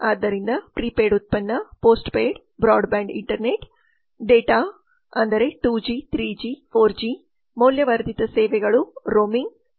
ಆದ್ದರಿಂದ ಪ್ರಿಪೇಯ್ಡ್ ಉತ್ಪನ್ನ post paid broadband internet ಡೇಟಾpost paid broadband internet data ಅಂದರೆ 2 ಜಿ 3 ಜಿ 4 ಜಿ ಮೌಲ್ಯವರ್ಧಿತ ಸೇವೆಗಳು ರೋಮಿಂಗ್ ಡಿಜಿಟಲ್roaming digital